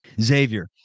Xavier